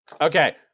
Okay